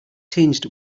tinged